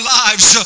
lives